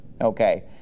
Okay